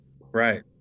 Right